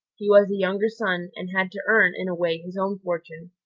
he was a younger son, and had to earn, in a way, his own fortune,